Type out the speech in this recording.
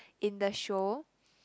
in the show